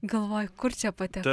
galvoju kur čia patek